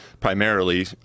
primarily